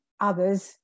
others